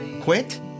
Quit